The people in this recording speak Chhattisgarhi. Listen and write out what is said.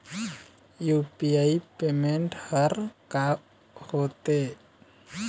यू.पी.आई पेमेंट हर का होते?